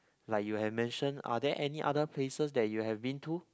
like you have mentioned are there any other places that you have been to